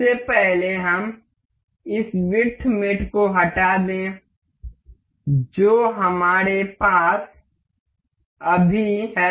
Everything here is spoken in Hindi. सबसे पहले हम इस विड्थ मेट को हटा दें जो हमारे पास अभी है